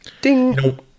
Ding